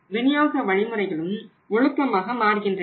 விநியோக வழிமுறைகளும் ஒழுக்கமாக மாறுகின்றன